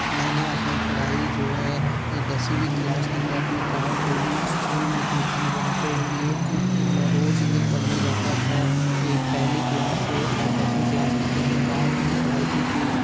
मैंने अपनी पढ़ाई जो है दसवीं क्लास तक तो अपने गांव के ही स्कूल में की थी वहाँ पे भी मैं रोज़ ही पढ़ने जाता था एक पहली क्लास से और दसवीं क्लास तक तो मैंने गांव में ही पढ़ाई की थी